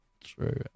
True